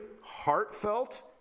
heartfelt